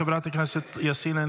חברת הכנסת יאסין,